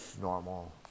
normal